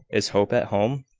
is hope at home?